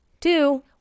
two